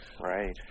Right